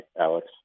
Alex